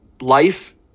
life